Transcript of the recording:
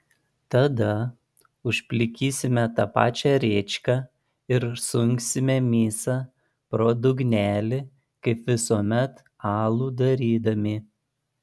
tada užplikysime tą pačią rėčką ir sunksime misą pro dugnelį kaip visuomet alų darydami